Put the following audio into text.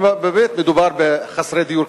באמת מדובר בחסרי דיור,